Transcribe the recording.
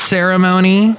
Ceremony